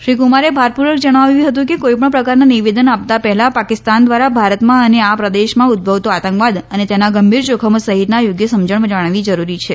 શ્રી કુમારે ભારપુર્વક જણાવ્યું હતું કે કોઇ પણ પ્રકારના નિવેદન આપતા પહેલા પાકિસ્તાન ધ્વારા ભારતમાં અને આ પ્રદેશમાં ઉદભવતો આતંકવાદ અને તેના ગંભીર જોખમો સહિતની યોગ્ય સમજણ જાણવી જરૂરી છે